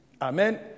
Amen